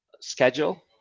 schedule